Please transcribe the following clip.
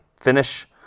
finish